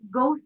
go